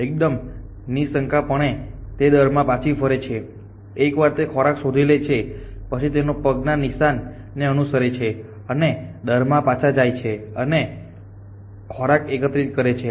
એકદમ નિશંકપણે તે દરમાં પાછી ફરે છે એકવાર તે ખોરાક શોધી લે છે પછી તે તેના પગ ના નિશાન ને અનુસરે છે અને દર માં પાછા જાય છે અને ખોરાક એકત્રિત કરે છે